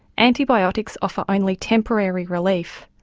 antibiotics offer only temporary relief,